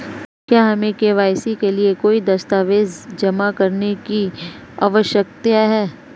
क्या हमें के.वाई.सी के लिए कोई दस्तावेज़ जमा करने की आवश्यकता है?